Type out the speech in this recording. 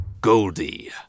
Goldie